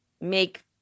make